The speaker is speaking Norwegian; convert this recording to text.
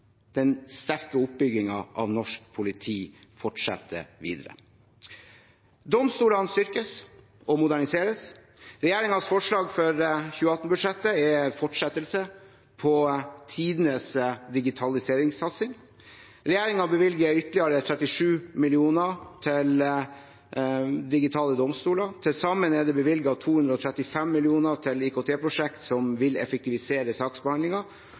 Den sterke oppbyggingen av norsk politi fortsetter videre. Domstolene styrkes og moderniseres. Regjeringens forslag for 2018-budsjettet er en fortsettelse på tidenes digitaliseringssatsing. Regjeringen bevilger ytterligere 37 mill. kr til digitale domstoler. Til sammen er det bevilget 235 mill. kr til IKT-prosjekter som vil effektivisere